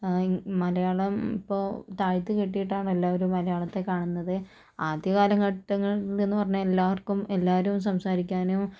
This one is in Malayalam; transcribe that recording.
മലയാളം ഇപ്പോൾ താഴ്ത്തി കെട്ടിയിട്ടാണ് എല്ലാവരും മലയാളത്തെ കാണുന്നത് ആദ്യ കാലഘട്ടങ്ങളിലെന്ന് പറഞ്ഞാൽ എല്ലാവർക്കും എല്ലാവരും സംസാരിക്കാനും